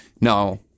no